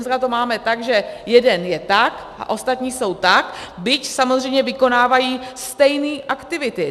Teď to máme tak, že jeden je tak a ostatní jsou tak, byť samozřejmě vykonávají stejné aktivity.